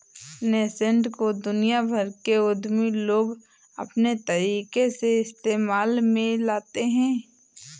nascent को दुनिया भर के उद्यमी लोग अपने तरीके से इस्तेमाल में लाते हैं